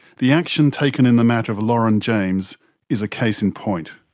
the action taken in the matter of lauren james is a case in point.